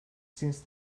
since